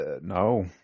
No